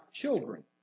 children